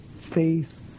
faith